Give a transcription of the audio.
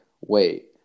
wait